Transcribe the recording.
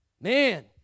Man